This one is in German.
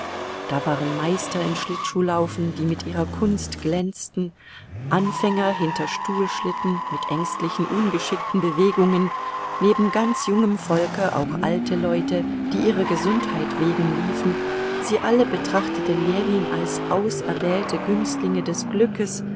da waren meister im schlittschuhlaufen die mit ihrer kunst glänzten anfänger hinter stuhlschlitten mit ängstlichen ungeschickten bewegungen neben ganz jungem volke auch alte leute die ihrer gesundheit wegen liefen sie alle betrachtete ljewin als auserwählte günstlinge des glückes